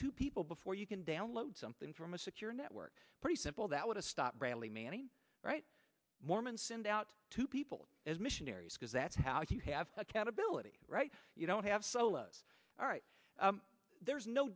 two people before you can download something from a secure network pretty simple that would have stopped bradley manning right mormon send out to people as missionaries because that's how you have accountability right you don't have solos all right there's no